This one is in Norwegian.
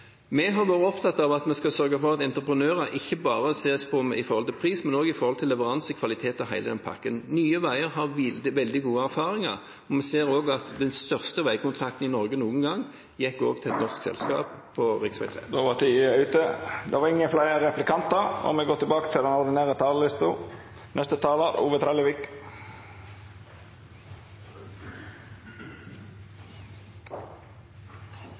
Vi har vært opptatt av at vi skal sørge for at entreprenører ikke bare ses på med tanke på pris, men også med tanke på leveranse, kvalitet og hele den pakken. Nye Veier har veldig gode erfaringer. Vi ser også at den største veikontrakten i Norge noen gang gikk til et norsk selskap, for bygging av rv. 3/rv. Replikkordskiftet er omme. Dei talarane som heretter får ordet, har ei taletid på inntil 3 minutt. Dette er ein stor dag for regionen som eg kjem frå. Sotrasambandet er den